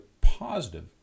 positive